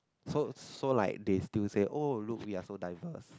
so so like they still say oh look we are so diverse